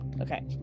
Okay